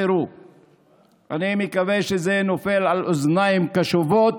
אני מקווה שזה נופל על אוזניים קשובות,